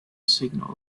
signal